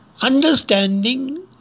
Understanding